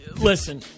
listen